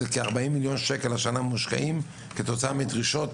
השנה מושקעים כ-40 מיליון שקל כתוצאה מדרישות